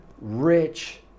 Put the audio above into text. rich